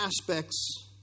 aspects